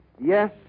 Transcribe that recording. Yes